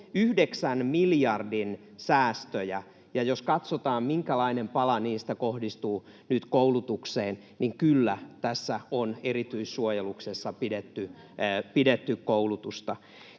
9 miljardin säästöjä, ja jos katsotaan, minkälainen pala niistä kohdistuu nyt koulutukseen, niin kyllä tässä on erityissuojeluksessa pidetty koulutusta.